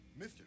mr